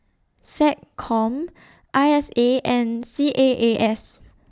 Seccom I S A and C A A S